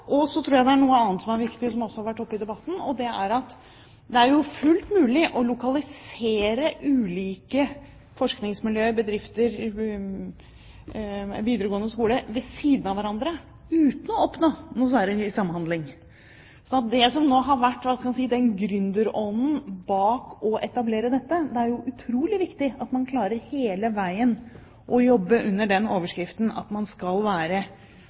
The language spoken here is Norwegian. Så er det noe annet som er viktig, som også har vært oppe i debatten: Det er fullt mulig å lokalisere ulike forskningsmiljøer – bedrifter, videregående skole – ved siden av hverandre uten å oppnå noe særlig samhandling. Det er utrolig viktig at man hele veien klarer å jobbe under den overskriften – den gründerånden – som ligger bak å etablere dette: